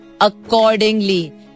accordingly